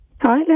Hi